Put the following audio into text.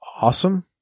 awesome